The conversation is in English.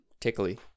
tickly